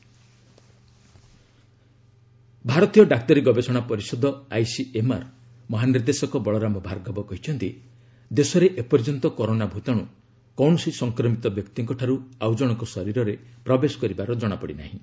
corona stage ICMR ଭାରତୀୟ ଡାକ୍ତରୀ ଗବେଷଣା ପରିଷଦ ଆଇସିଏମ୍ଆର୍ ମହାନିର୍ଦ୍ଦେଶକ ବଳରାମ ଭାର୍ଗବ କହିଛନ୍ତି ଦେଶରେ ଏପର୍ଯ୍ୟନ୍ତ କରୋନା ଭ଼ତାଣ୍ର କୌଣସି ସଂକ୍ରମିତ ବ୍ୟକ୍ତିଙ୍କଠାର୍ ଆଉ ଜଣଙ୍କ ଶରୀରରେ ପ୍ରବେଶ କରିବାର ଜଣାପଡ଼ି ନାହିଁ